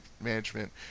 management